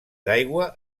d’aigua